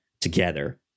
together